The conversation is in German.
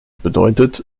bedeutet